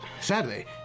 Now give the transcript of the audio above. sadly